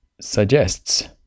suggests